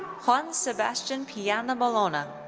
juan sebastian piana bolona.